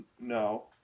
No